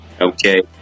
okay